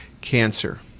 cancer